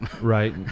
Right